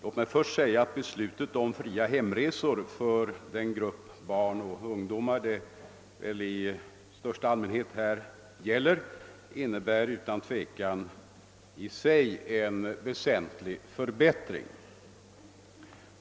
Herr talman! Beslutet om fria hemresor för den grupp barn och ungdomar det gäller innebär utan tvivel i sig en väsentlig förbättring.